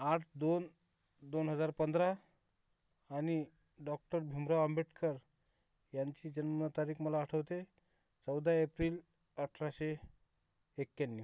आठ दोन दोन हजार पंधरा आणि डॉक्टर भीमराव आंबेडकर यांची जन्मतारीख मला आठवते चौदा एप्रिल अठराशे एक्याण्णव